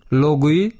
logui